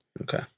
Okay